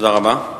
תודה רבה.